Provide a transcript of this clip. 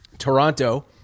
Toronto